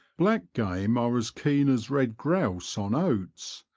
black-game are as keen as red grouse on oats,